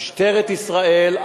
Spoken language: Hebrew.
משטרת ישראל,